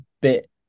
bit –